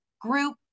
group